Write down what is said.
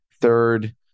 Third